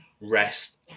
rest